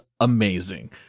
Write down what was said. amazing